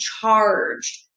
charged